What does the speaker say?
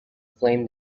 flame